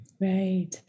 right